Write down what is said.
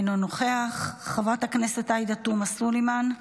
אינו נוכח, חברת הכנסת עאידה תומא סלימאן,